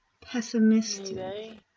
pessimistic